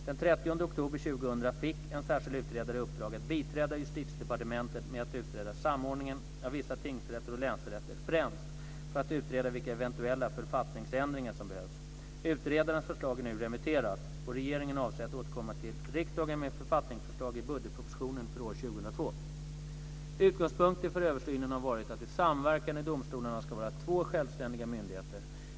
Den 30 oktober 2000 fick en särskild utredare i uppdrag att biträda Justitiedepartementet med att utreda samordningen av vissa tingsrätter och länsrätter främst för att utreda vilka eventuella författningsändringar som behövs. Utredarens förslag är nu remitterat, och regeringen avser att återkomma till riksdagen med författningsförslag i budgetpropositionen för år 2002. Utgångspunkten för översynen har varit att de samverkande domstolarna ska vara två självständiga myndigheter.